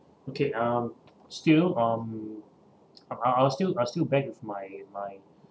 okay um still um um I'll still I'll still back to my my